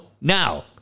now